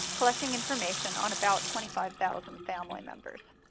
collecting information on about twenty five thousand family members.